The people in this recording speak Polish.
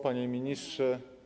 Panie Ministrze!